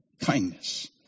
kindness